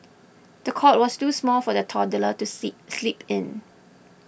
the cot was too small for the toddler to see sleep in